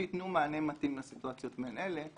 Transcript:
שיתנו מענה מתאים לסיטואציות מעין אלה,